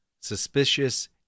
suspicious